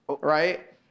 right